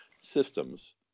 systems